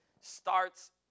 starts